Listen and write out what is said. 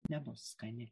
nebus skani